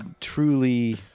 truly